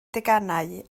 deganau